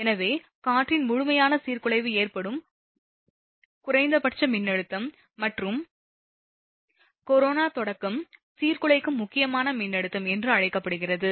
எனவே காற்றின் முழுமையான சீர்குலைவு ஏற்படும் குறைந்தபட்ச மின்னழுத்தம் மற்றும் கரோனா தொடக்கம் சீர்குலைக்கும் முக்கியமான மின்னழுத்தம் என்று அழைக்கப்படுகிறது